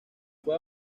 fue